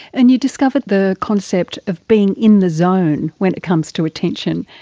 and you discovered the concept of being in the zone when it comes to attention.